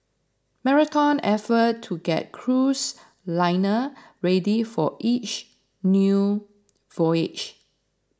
Marathon effort to get cruise liner ready for each new voyage